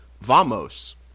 vamos